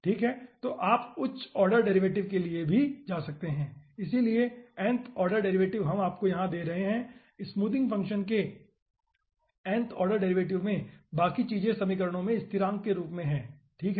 ठीक है तो आप उच्च ऑर्डर डेरिवेटिव के लिए भी जा सकते हैं इसलिए nth ऑर्डर डेरिवेटिव हम आपको यहां दे रहे हैं स्मूथिंग फंक्शन के nth ऑर्डर डेरिवेटिव में बाकी चीजें समीकरणों में स्थिरांक के रूप में हैं ठीक है